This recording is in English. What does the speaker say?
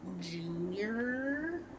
junior